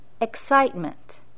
excitement